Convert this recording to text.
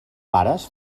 pares